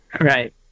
Right